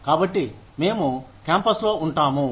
కాబట్టి మేము క్యాంపస్లో ఉంటాము